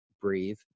Breathe